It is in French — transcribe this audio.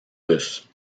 russes